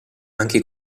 anche